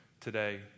Today